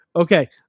Okay